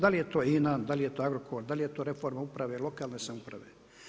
Da li je to INA, da li je to Agrokor, da li je to reforma uprave i lokalne samouprave.